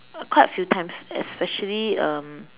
quite a few times especially um